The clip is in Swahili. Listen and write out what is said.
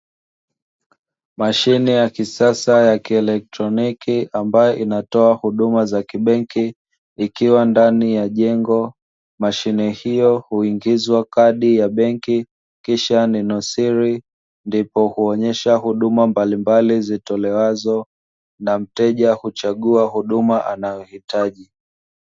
Mashine ya kisasa ya kielektroniki, ambayo inatoa huduma za kibenki, ikiwa ndani ya jengo. Mashine hiyo huingizwa kadi ya benki, kisha neno siri, ndipo huonyesha huduma mbalimbali zitolewazo, na mteja huchagua huduma anayohitaji.